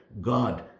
God